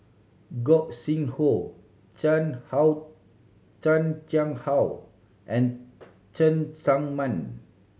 Gog Sing Hooi Chan How Chan Chang How and Cheng Tsang Man